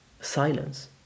silence